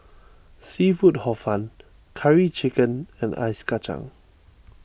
Seafood Hor Fun Curry Chicken and Ice Kacang